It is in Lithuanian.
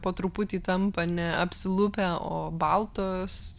po truputį tampa neapsilupę o baltos